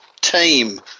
team